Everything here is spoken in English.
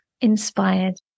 inspired